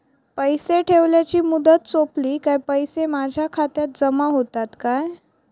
पैसे ठेवल्याची मुदत सोपली काय पैसे माझ्या खात्यात जमा होतात काय?